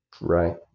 Right